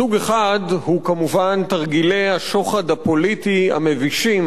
סוג אחד הוא כמובן תרגילי השוחד הפוליטי המבישים